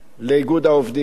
לאיגוד העובדים,